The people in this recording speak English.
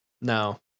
No